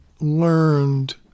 learned